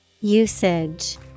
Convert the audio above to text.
Usage